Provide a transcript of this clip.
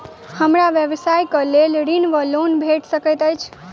हमरा व्यवसाय कऽ लेल ऋण वा लोन भेट सकैत अछि?